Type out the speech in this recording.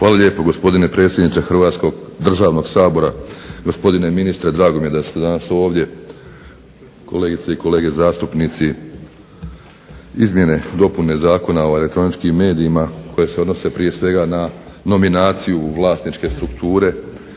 Hvala lijepo gospodine predsjedniče Hrvatskog državnog sabora, gospodine ministre drago mi je da ste danas ovdje, kolegice i kolege zastupnici. Izmjene i dopune Zakona o elektroničkim medijima koje se odnose prije svega na nominaciju vlasničke strukture